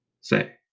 say